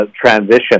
transition